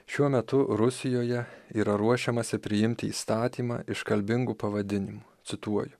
šiuo metu rusijoje yra ruošiamasi priimti įstatymą iškalbingu pavadinimu cituoju